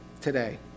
today